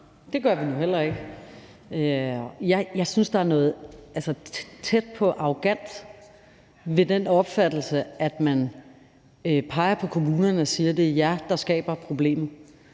Det gør vi nu heller ikke. Jeg synes, der er noget tæt på arrogant ved den opfattelse, at man peger på kommunerne og siger, at det er dem, der skaber problemet.